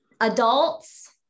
adults